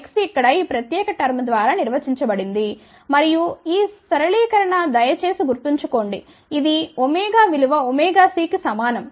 x ఇక్కడ ఈ ప్రత్యేక టర్మ్ ద్వారా నిర్వచించబడింది మరియు ఈ సరళీకరణ దయచేసి గుర్తుంచుకోండి ఇది విలువ c కి సమానం